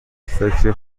فکر